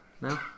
No